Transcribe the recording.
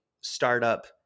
startup